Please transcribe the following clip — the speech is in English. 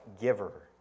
giver